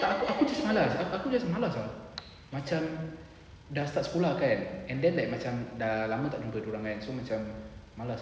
aku aku just malas aku just malas ah macam dah start sekolah kan and then like macam dah lama tak jumpa dorang kan so macam malas ah